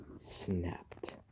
snapped